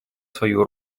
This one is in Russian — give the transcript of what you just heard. свою